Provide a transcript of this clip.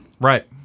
right